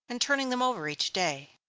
and turning them over each day.